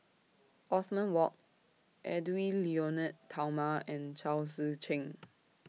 Othman Wok Edwy Lyonet Talma and Chao Tzee Cheng